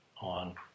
on